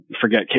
Forget